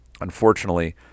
Unfortunately